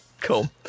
Cool